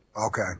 Okay